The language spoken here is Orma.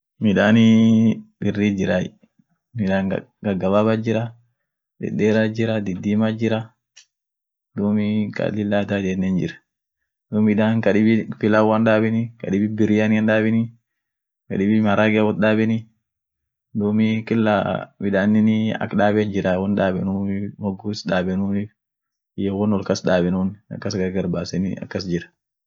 Ungaa, unga lam beekai anin unganganoot jira iyoo unga siimaat jirai, kaa nganoan sun ka mukaatefaan wodetenu, mukatea, hanjeera, chapaatifan wodetenu, iskuunii kasiimat jira, sun siimaan daabeteni iyo tokiit jir ka wimbia, isuunen ujian daabetenie.